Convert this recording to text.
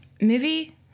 Movie